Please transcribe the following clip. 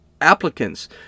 applicants